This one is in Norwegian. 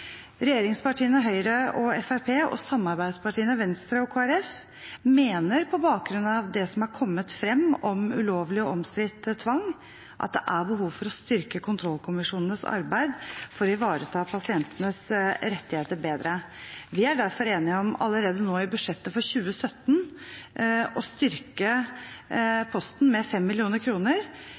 Regjeringspartiene, Høyre og Fremskrittspartiet, og samarbeidspartiene, Venstre og Kristelig Folkeparti, mener på bakgrunn av det som er kommet frem om ulovlig og omstridt tvang, at det er behov for å styrke kontrollkommisjonenes arbeid for å ivareta pasientenes rettigheter bedre. Vi er derfor enige om allerede nå i budsjettet for 2017 å styrke posten med